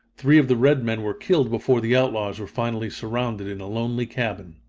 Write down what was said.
three of the red men were killed before the outlaws were finally surrounded in a lonely cabin.